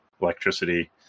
electricity